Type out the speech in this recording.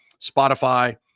Spotify